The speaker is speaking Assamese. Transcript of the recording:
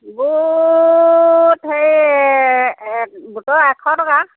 বুট সেই বুটৰ এশ টকা